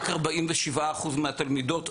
רק 47% מהתלמידות,